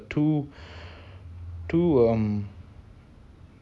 there's a mask you know the the cultured decent um